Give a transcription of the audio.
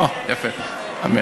אוה, יפה, אמן.